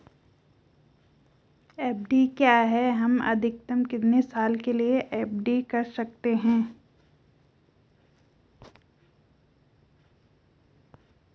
FD क्या है हम अधिकतम कितने साल के लिए एफ.डी कर सकते हैं?